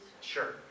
Sure